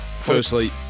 firstly